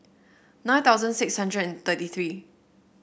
nine thousand six hundred and thirty three